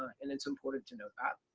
and it's important to know that.